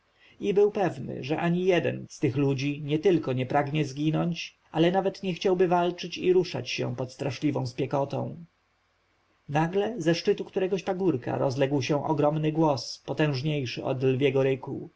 był pewny że ani jeden z tych ludzi nietylko nie pragnie zginąć ale nawet nie chciałby walczyć i ruszać się pod straszliwą spiekotą nagle ze szczytu któregoś pagórka rozległ się ogromny głos potężniejszy od lwiego ryku